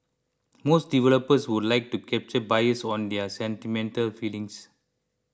most developers would like to capture buyers on their sentimental feelings